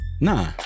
Nah